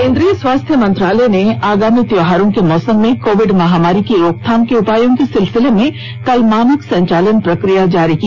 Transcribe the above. केन्द्रीय स्वास्थ्य मंत्रालय ने आगामी त्योहारों के मौसम में कोविड महामारी की रोकथाम के उपायों के सिलसिले में कल मानक संचालन प्रक्रिया जारी की